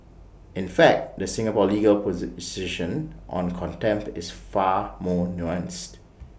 in fact the Singapore legal on contempt is far more nuanced